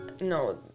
no